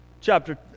chapter